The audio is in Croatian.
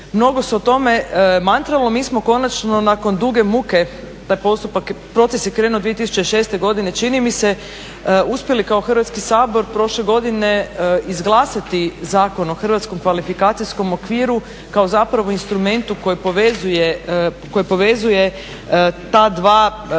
mnogo se o tome mantralo. Mi smo konačno nakon duge muke taj postupak, proces je krenuo 2006. godine, čini mi se, uspjeli kao Hrvatski sabor prošle godine izglasati Zakona o hrvatskom kvalifikacijskom okviru kao zapravo instrumentu koji povezuje ta dva sektora